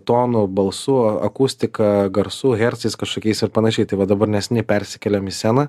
tonu balsų akustika garsų hercais kažkokiais ir panašiai tai va dabar neseniai persikėlėm į sceną